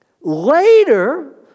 Later